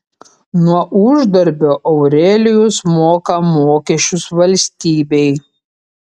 nuo uždarbio aurelijus moka mokesčius valstybei